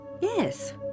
yes